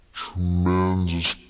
tremendous